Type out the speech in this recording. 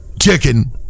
chicken